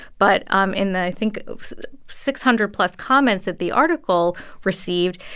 but um in the i think six hundred plus comments that the article received,